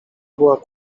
była